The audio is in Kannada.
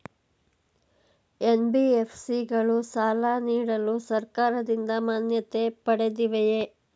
ಎನ್.ಬಿ.ಎಫ್.ಸಿ ಗಳು ಸಾಲ ನೀಡಲು ಸರ್ಕಾರದಿಂದ ಮಾನ್ಯತೆ ಪಡೆದಿವೆಯೇ?